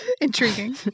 Intriguing